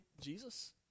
Jesus